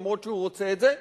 אף שהוא רוצה את זה,